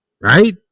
right